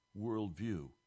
worldview